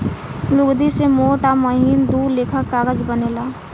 लुगदी से मोट आ महीन दू लेखा के कागज बनेला